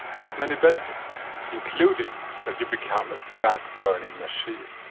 has many benefits including that you become a fat-burning machine.